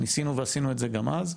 ניסינו ועשינו את זה גם אז.